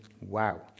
wow